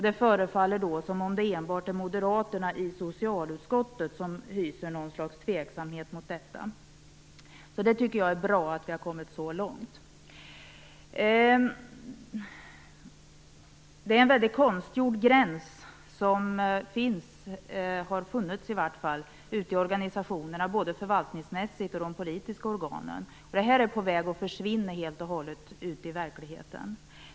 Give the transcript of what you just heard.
Det förefaller som att det enbart är moderaterna i socialutskottet som hyser någon slags tveksamhet mot detta. Jag tycker att det är bra att vi har kommit så långt. Det är en väldigt konstig gräns som finns, eller i vart fall har funnits, ute i organisationerna förvaltningsmässigt och i de politiska organen. Den är helt på väg att försvinna ute i verkligheten.